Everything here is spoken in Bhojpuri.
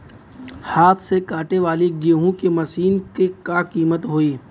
हाथ से कांटेवाली गेहूँ के मशीन क का कीमत होई?